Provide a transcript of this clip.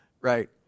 Right